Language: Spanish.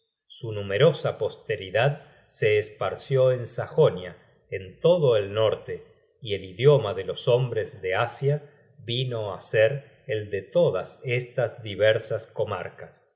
su numerosa posteridad se esparció en sajorna en todo el norte y el idioma de los hombres de asia vino á ser el de todas estas diversas comarcas